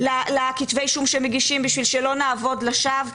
לכתבי אישום שמגישים בשביל שלא נעבוד לשווא.